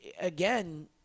again